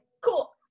cool